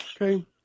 okay